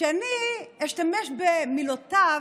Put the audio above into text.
שאני אשתמש במילותיו